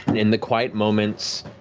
in the quiet moments,